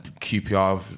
QPR